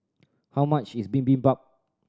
how much is Bibimbap